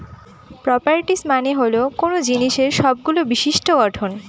properties মানে হল কোনো জিনিসের সবগুলো বিশিষ্ট্য গঠন